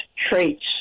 traits